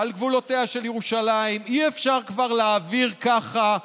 על גבולותיה של ירושלים, אי-אפשר כבר להעביר ככה,